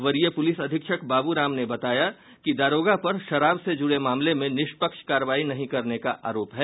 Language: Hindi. वरीय पुलिस अधीक्षक बाबूराम ने बताया कि दारोगा पर शराब से जुड़े मामले में निष्पक्ष कार्रवाई नहीं करने का आरोप है